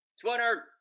Twitter